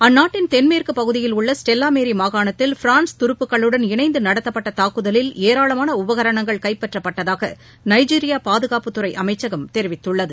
அந்நாட்டின் தென்மேற்கு பகுதியில் உள்ள ஸ்டெல்வாமேரி மாகாணத்தில் பிரான்ஸ் துருப்புக்களுடன் இணைந்து நடத்தப்பட்ட தாக்குதலில் ஏராளமான உபகரணங்கள் கைப்பற்றப்பட்டதாக நைஜீரியா பாதுகாப்புத்துறை அமைச்சகம் தெரிவித்துள்ளது